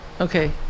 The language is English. Okay